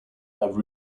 have